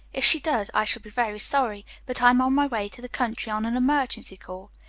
if she does, i shall be very sorry, but i'm on my way to the country on an emergency call.